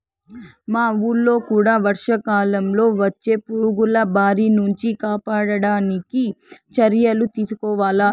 మా వూళ్ళో కూడా వర్షాకాలంలో వచ్చే పురుగుల బారి నుంచి కాపాడడానికి చర్యలు తీసుకోవాల